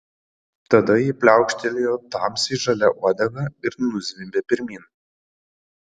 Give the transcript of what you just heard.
tada ji pliaukštelėjo tamsiai žalia uodega ir nuzvimbė pirmyn